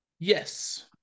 yes